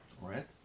right